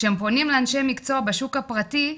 כשהם פונים לאנשי מקצוע בשוק הפרטי,